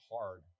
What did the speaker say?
hard